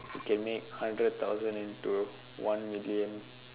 it make hundred thousand into one million